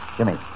Jimmy